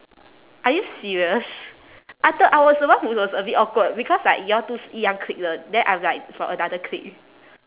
are you serious I thought I was the one who was a bit awkward because like you all two 是一样 clique 的 then I'm like from another clique